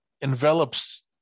envelops